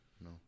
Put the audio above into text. No